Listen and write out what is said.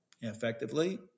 effectively